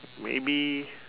maybe